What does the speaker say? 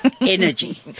energy